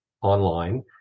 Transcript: online